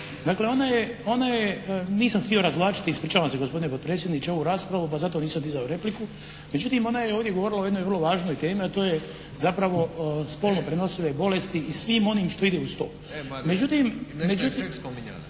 Dakle, ona je, nisam htio razvlačiti, ispričavam se gospodine potpredsjedniče, ovu raspravu pa zato nisam dizao repliku. Međutim, ona je ovdje govorila o jednoj vrlo važnoj temi a to je zapravo spolno prenosive bolesti i svim onim što ide uz to. Međutim, ja mislim da